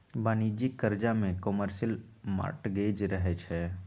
वाणिज्यिक करजा में कमर्शियल मॉर्टगेज रहै छइ